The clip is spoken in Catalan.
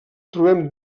trobem